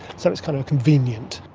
so it's kind of convenient.